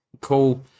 cool